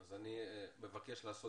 אני חושב